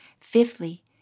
Fifthly